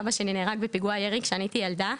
אבא שלי נהרג בפיגוע ירי כשאני הייתי ילדה.